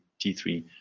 T3